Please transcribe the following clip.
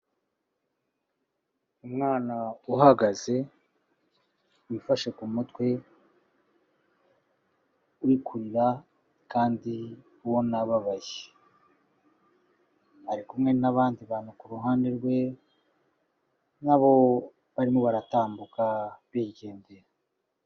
Umwana uhagaze wifashe ku mutwe uri kurira kandi ubona ababaye, ari kumwe n'abandi bantu ku ruhande rwe na bo barimo baratambuka bigendera.